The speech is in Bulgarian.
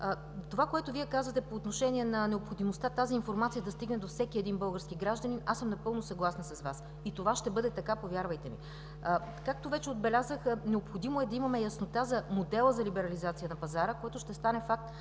Това, което Вие казвате по отношение на необходимостта тази информация да стигне до всеки български гражданин, напълно съм съгласна с Вас. Това ще бъде така, повярвайте ми. Както вече отбелязах, необходимо е да имаме яснота за модела за либерализация на пазара, който ще стане факт